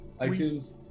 iTunes